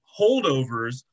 holdovers